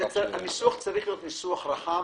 הניסוח צריך להיות רחב,